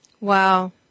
Wow